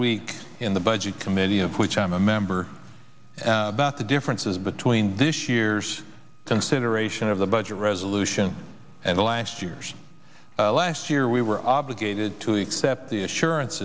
week in the budget committee of which i'm a member about the differences between this year's consideration of the budget resolution and last year's last year we were obligated to accept the assurance